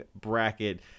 bracket